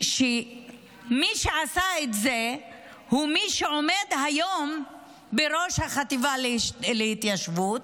שמי שעשה את זה הוא מי שעומד היום בראש החטיבה להתיישבות.